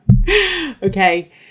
Okay